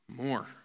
more